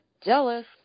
Jealous